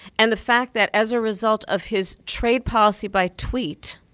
and the fact that as a result of his trade policy by tweet,